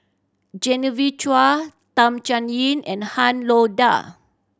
Genevieve Chua Tham Sien Yen and Han Lao Da